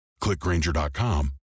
clickgranger.com